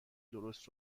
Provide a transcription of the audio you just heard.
درست